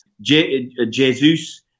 Jesus